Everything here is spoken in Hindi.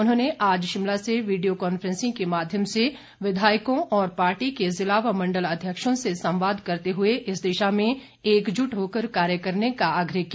उन्होंने आज शिमला से वीडियो कांफ्रेंसिंग के माध्यम से विधायकों और पार्टी के जिला व मण्डल अध्यक्षों से संवाद करते हुए इस दिशा में एकजुट होकर कार्य करने का आग्रह किया